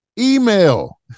Email